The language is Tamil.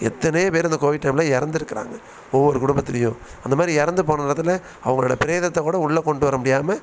எத்தனையோ பேர் இந்த கோவிட் டைமில் இறந்துருக்கறாங்க ஒவ்வொரு குடும்பத்துலேயும் அந்த மாதிரி இறந்து போன நேரத்தில் அவங்களோட பிரேதத்தை கூட உள்ளே கொண்டுட்டு வர முடியாமல்